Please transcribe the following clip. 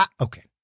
Okay